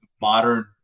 modern